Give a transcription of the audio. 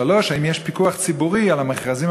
3. האם יש פיקוח ציבורי על המכרזים